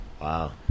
wow